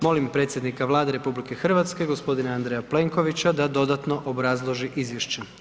Molim predsjednika Vlade RH, gospodina Andreja Plenkovića da dodatno obrazloži izvješća.